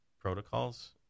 protocols